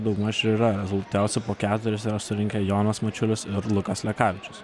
daugmaž ir yra rezultatyviausi po keturis yra surinkę jonas mačiulis ir lukas lekavičius